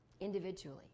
individually